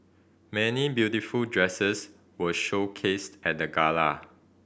many beautiful dresses were showcased at the gala